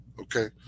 okay